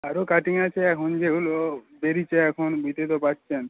আরও কাটিং আছে এখন যেগুলো বেরিয়েছে এখন বুঝতেই তো পারছেন